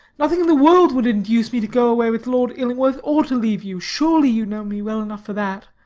nothing in the world would induce me to go away with lord illingworth, or to leave you. surely you know me well enough for that.